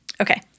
Okay